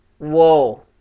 whoa